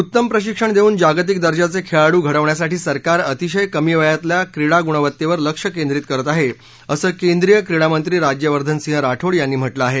उत्तम प्रशिक्षण देऊन जागतिक दर्जाचे खेळाडू घडवण्यासाठी सरकार अतिशय कमी वयातल्या क्रीडा गुणवत्तेवर लक्ष केंद्रित करत आहे असं केंद्रीय क्रीडामंत्री राज्यवर्धनसिंह राठोड यांनी म्हटलं आहे